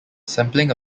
sampling